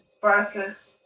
versus